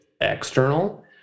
external